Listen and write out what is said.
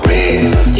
Real